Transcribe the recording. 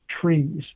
trees